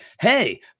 hey